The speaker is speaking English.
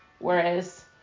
Whereas